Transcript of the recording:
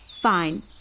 Fine